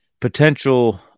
potential